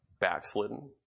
backslidden